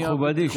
מכובדי,